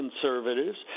conservatives